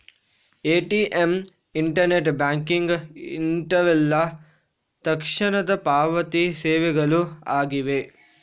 ATM, internet banking ಇಂತವೆಲ್ಲ ತಕ್ಷಣದ ಪಾವತಿ ಸೇವೆಗಳು ಆಗಿವೆ